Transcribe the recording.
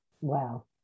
Wow